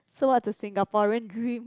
so what's a Singaporean dream